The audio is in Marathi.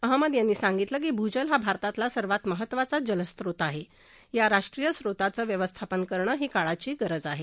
अहमद यांनी सांगितलं की भूजल हा भारतातला सर्वात महत्वाचा जलस्रोत आहे या राष्ट्रीय स्रोताचं व्यवस्थापन करणं ही काळाची गरज आहे